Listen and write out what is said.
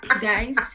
guys